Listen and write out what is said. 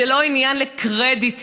זה לא עניין לקרדיטים.